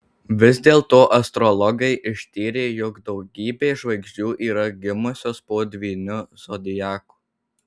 vis dėlto astrologai ištyrė jog daugybė žvaigždžių yra gimusios po dvyniu zodiaku